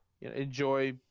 enjoy